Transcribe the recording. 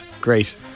Great